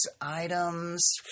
items